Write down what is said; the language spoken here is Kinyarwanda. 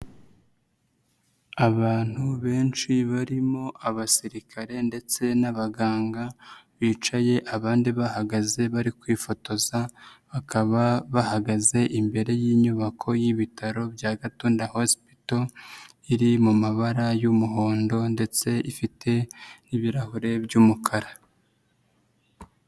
Abantu benshi barimo abasirikare ndetse n'abaganga bicaye abandi bahagaze bari kwifotoza bakaba bahagaze imbere y'inyubako y'ibitaro bya Gatunda hosipito iri mu mabara y'umuhondo ndetse ifite n'ibirahure by'umukara.